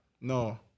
No